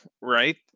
right